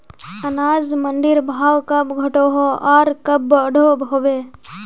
अनाज मंडीर भाव कब घटोहो आर कब बढ़ो होबे?